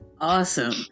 Awesome